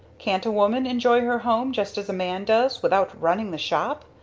can't a woman enjoy her home, just as a man does, without running the shop?